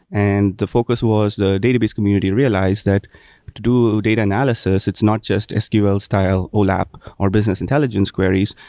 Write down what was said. and the focus was the database community realized that to do data analysis, it's not just sql style olap or business intelligence queries,